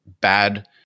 bad